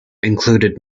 included